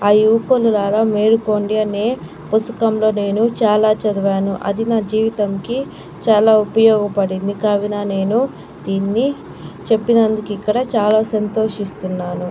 ఆ యువకులులారా మేలుకోండి అనే పుసకంలో నేను చాలా చదివాను అది నా జీవితానికి చాలా ఉపయోగపడింది కావున నేను దినిని చెప్పినందుకు ఇక్కడ చాలా సంతోషిస్తున్నాను